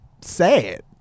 sad